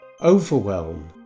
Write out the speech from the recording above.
overwhelm